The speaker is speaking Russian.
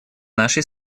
нашей